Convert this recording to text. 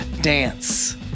dance